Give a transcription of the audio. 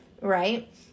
right